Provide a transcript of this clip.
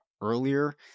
earlier